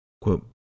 Quote